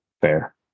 Fair